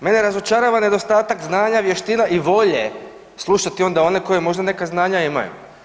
Mene razočarava nedostatak znanja, vještina i volje slušati onda one koji možda neka znanja imaju.